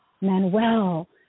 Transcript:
manuel